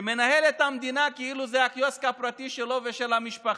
שמנהל את המדינה כאילו זה הקיוסק הפרטי שלו ושל המשפחה,